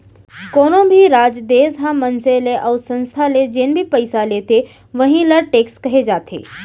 कोनो भी राज, देस ह मनसे ले अउ संस्था ले जेन भी पइसा लेथे वहीं ल टेक्स कहे जाथे